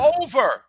over